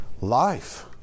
Life